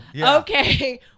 Okay